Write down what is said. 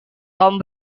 tom